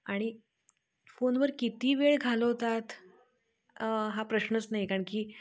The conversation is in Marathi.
आणि फोनवर किती वेळ घालवतात हा प्रश्नच नाही कारणकी